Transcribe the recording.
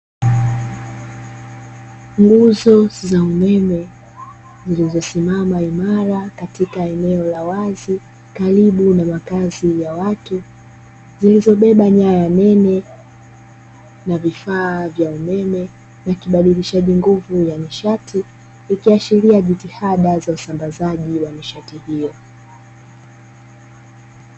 Nguzo za umeme zilizosimama imara katika eneo la wazi karibu na makazi ya watu, zilizobeba nyaya nene na vifaa vya umeme na kibadilishaji nguvu ya nishati ikiashiria jitihada za usambazaji wa nishati hiyo.